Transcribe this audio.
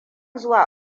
zuwa